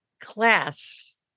class